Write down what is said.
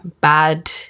bad